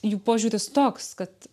jų požiūris toks kad